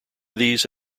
these